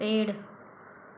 पेड़